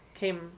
Came